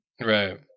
Right